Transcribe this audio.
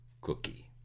cookie